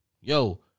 Yo